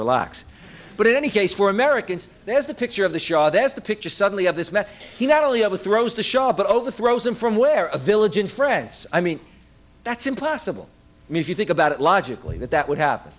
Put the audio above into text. relax but in any case for americans there is the picture of the shah that's the picture suddenly of this man he not only have his throws to show up but overthrows him from where a village in france i mean that's impossible i mean if you think about it logically that that would happen